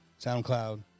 SoundCloud